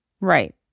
Right